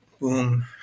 boom